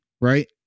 right